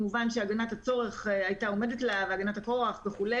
מובן שהגנת הצורך והגנת הכורח היתה עומדת וכו'.